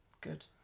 Good